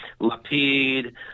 Lapid